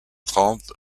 trente